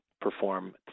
perform